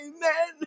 Amen